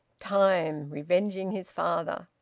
time, revenging his father.